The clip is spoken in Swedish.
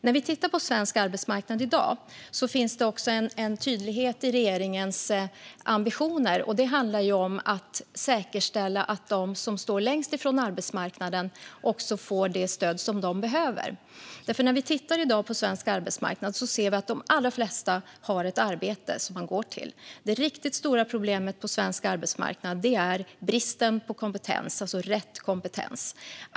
När det gäller svensk arbetsmarknad i dag finns det en tydlighet i regeringens ambitioner, nämligen att säkerställa att de som står längst från arbetsmarknaden också får det stöd de behöver. När vi i dag tittar på svensk arbetsmarknad ser vi att de allra flesta har ett arbete att gå till. Det riktigt stora problemet på svensk arbetsmarknad är bristen på rätt kompetens.